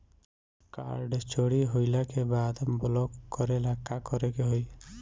Card चोरी होइला के बाद ब्लॉक करेला का करे के होई?